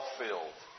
filled